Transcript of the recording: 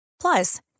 Plus